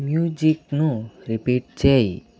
మ్యూజిక్ను repeat చెయ్యి